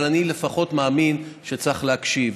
אבל אני לפחות מאמין שצריך להקשיב.